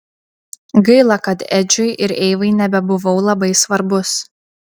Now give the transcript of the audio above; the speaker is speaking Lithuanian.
gaila kad edžiui ir eivai nebebuvau labai svarbus